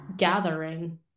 gathering